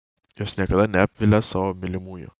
jos niekada neapvilia savo mylimųjų